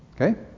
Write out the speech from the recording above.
Okay